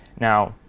now,